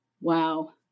Wow